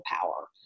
power